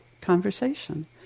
conversation